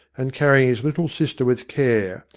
and carrying his little sister with care,